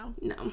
No